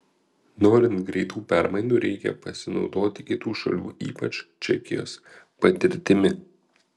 norint greitų permainų reikia pasinaudoti kitų šalių ypač čekijos patirtimi